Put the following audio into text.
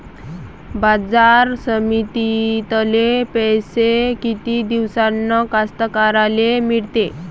बाजार समितीतले पैशे किती दिवसानं कास्तकाराइले मिळते?